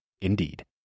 indeed